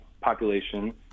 population